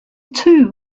two